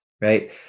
right